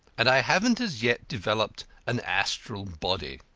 and i haven't as yet developed an astral body.